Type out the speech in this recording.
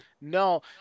No